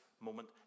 moment